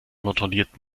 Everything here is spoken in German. kontrollierten